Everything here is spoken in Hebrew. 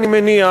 אני מניח,